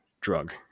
drug